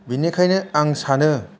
बेनिखायनो आं सानो